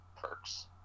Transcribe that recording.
perks